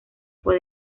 fue